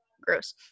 Gross